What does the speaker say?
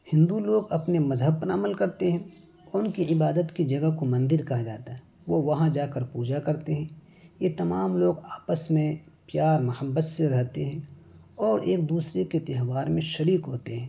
ہندو لوگ اپنے مذہب پر عمل کرتے ہیں ان کی عبادت کی جگہ کو مندر کہا جاتا ہے وہ وہاں جا کر پوجا کرتے ہیں یہ تمام لوگ آپس میں پیار محبت سے رہتے ہیں اور ایک دوسرے کے تہوار میں شریک ہوتے ہیں